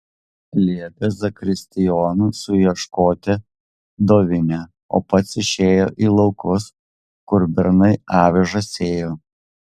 liepė zakristijonui suieškoti dovinę o pats išėjo į laukus kur bernai avižas sėjo